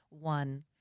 one